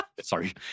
sorry